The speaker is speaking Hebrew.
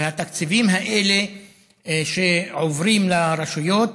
והתקציבים האלה שעוברים לרשויות